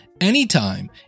anytime